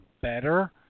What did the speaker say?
better –